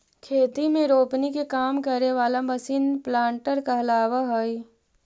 खेती में रोपनी के काम करे वाला मशीन प्लांटर कहलावऽ हई